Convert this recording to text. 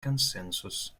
консенсус